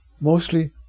Mostly